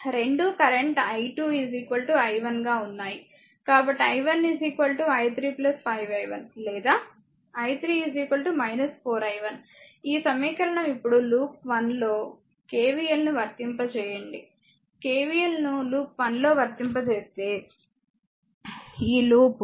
కాబట్టి i1 i3 5 i1 లేదా i3 4 i1 ఈ సమీకరణం ఇప్పుడు లూప్ 1లో KVL ను వర్తింపజేయండి KVL ను లూప్ 1 లో వర్తింపజేస్తే ఈ లూప్